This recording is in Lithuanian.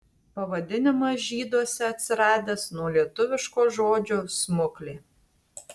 pavadinimas žyduose atsiradęs nuo lietuviško žodžio smuklė